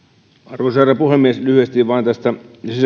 arvoisa herra puhemies lyhyesti vain tästä